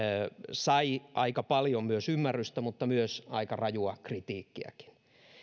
sai aika paljon ymmärrystä mutta aika rajua kritiikkiäkin